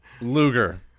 Luger